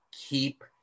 keep